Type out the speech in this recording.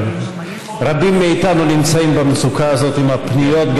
רבים מאיתנו נמצאים במצוקה הזאת עם הפניות,